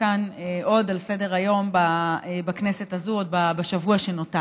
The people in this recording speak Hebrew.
כאן עוד על סדר-היום בכנסת הזו בשבוע שנותר.